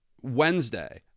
Wednesday